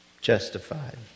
justified